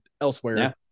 elsewhere